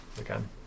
Again